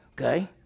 okay